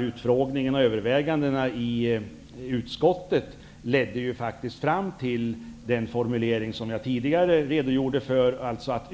utfrågningen och övervägandena i utskottet ledde fram till den formulering som jag tidigare redogjorde för.